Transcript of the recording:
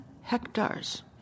hectares